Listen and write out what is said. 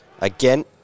Again